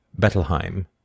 Bettelheim